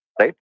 right